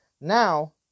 Now